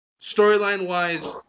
Storyline-wise